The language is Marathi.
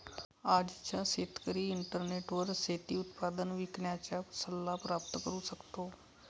आजचा शेतकरी इंटरनेटवर शेती उत्पादन विकण्याचा सल्ला प्राप्त करू शकतो